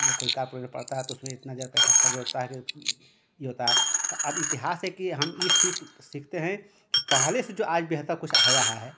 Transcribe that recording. या कोई पड़ता है तो उसमें इतना ज़्यादा पैसा खर्च होता है कि ई होता है त अब इतिहास से कि हम ई सीख सीखते हैं कि पहले से जो आज बेहतर कुछ हुआ है है